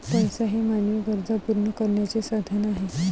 पैसा हे मानवी गरजा पूर्ण करण्याचे साधन आहे